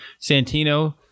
Santino